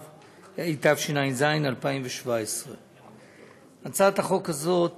התשע"ז 2017. הצעת החוק הזאת